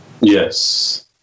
Yes